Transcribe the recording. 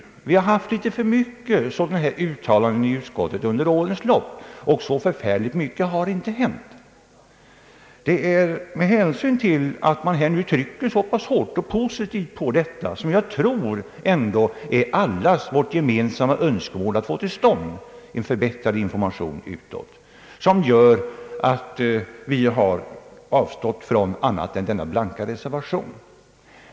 Det har förekommit litet för mycket sådana här uttalanden i utskottet under årens lopp utan att någonting har hänt. Med hänsyn till att utskottet nu trycker så pass hårt på detta och intar en så positiv inställning till det som jag tror ändå är allas vårt gemensamma önskemål, nämligen att vi skall få till stånd en förbättrad information utåt, har vi avstått från annat än denna blanka reservation.